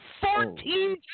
Fourteen